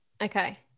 Okay